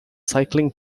cycling